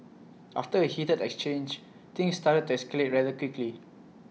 after A heated exchange things started to escalate rather quickly